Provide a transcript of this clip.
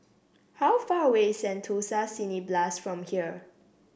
how far away Sentosa Cineblast from here